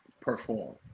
perform